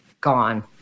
gone